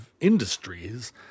industries